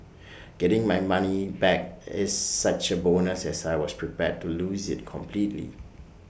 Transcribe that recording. getting my money back is such A bonus as I was prepared to lose IT completely